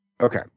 Okay